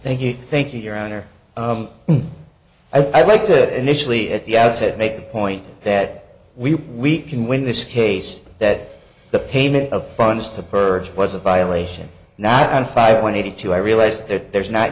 thank you thank you your honor i liked it initially at the outset make the point that we we can win this case that the payment of funds to purchase was a violation now and five twenty two i realize that there is not